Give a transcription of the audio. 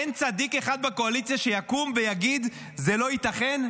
אין צדיק אחד בקואליציה שיקום ויגיד: זה לא ייתכן?